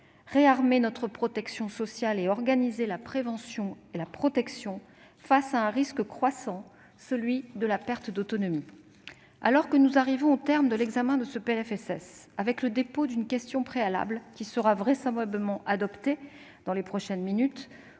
réarmer notre protection sociale et organiser la prévention et la protection face à un risque croissant, celui de la perte d'autonomie. Alors que nous arrivons au terme de l'examen de ce PLFSS, avec le dépôt d'une question préalable, qui sera vraisemblablement adoptée dans les prochaines minutes,